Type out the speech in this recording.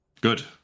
good